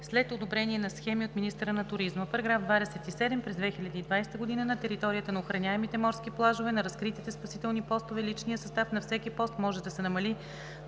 след одобрение на схеми от министъра на туризма. § 27. През 2020 г. на територията на охраняемите морски плажове на разкритите спасителни постове личният състав на всеки пост може да се намали